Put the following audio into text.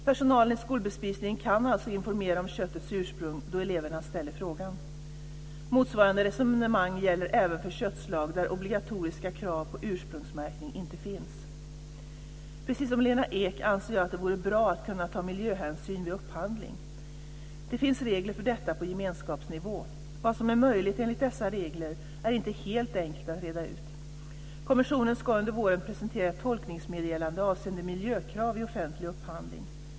Personalen i skolbespisningen kan alltså informera om köttets ursprung då eleverna ställer frågan. Motsvarande resonemang gäller även för köttslag där obligatoriska krav på ursprungsmärkning inte finns. Precis som Lena Ek anser jag att det vore bra att kunna ta miljöhänsyn vid upphandling. Det finns regler för detta på gemenskapsnivå. Vad som är möjligt enligt dessa regler är inte helt enkelt att reda ut. Kommissionen ska under våren presentera ett tolkningsmeddelande avseende miljökrav vid offentlig upphandling.